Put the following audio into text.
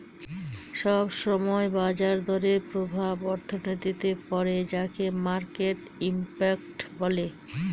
সব সময় বাজার দরের প্রভাব অর্থনীতিতে পড়ে যাকে মার্কেট ইমপ্যাক্ট বলে